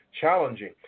challenging